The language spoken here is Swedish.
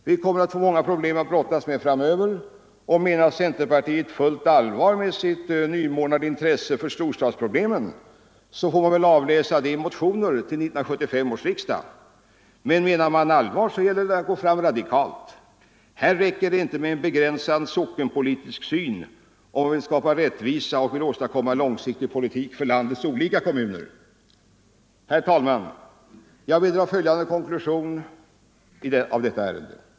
Vi kommer att få många problem att brottas med framöver, och menar centerpartiet fullt allvar med sitt nymornade intresse för storstadsproblemen får det väl avläsas i motioner till 1975 års riksdag. Men menar man allvar så hjälper det att gå fram radikalt! Här räcker det inte med en begränsad sockenpolitisk syn, om man vill skapa rättvisa och vill åstadkomma en långsiktig politik för landets olika kommuner. Herr talman! Jag vill dra följande konklusion av detta ärende.